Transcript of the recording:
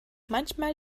manchmal